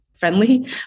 Friendly